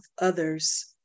others